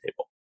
table